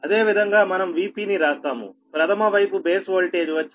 అదే విధంగా మనం Vp ని రాస్తాముప్రధమ వైపు బేస్ ఓల్టేజ్ వచ్చి VpB